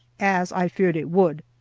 as i feared it would.